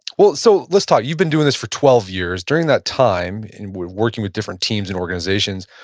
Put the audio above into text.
well, so let's talk. you've been doing this for twelve years, during that time and we're working with different teams and organizations,